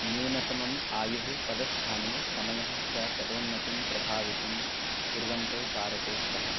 न्यूनतमम् आयुः पदस्थाने समयः च पदोन्नतिं प्रभावयितुं कुर्वन्तौ कारकौ स्तः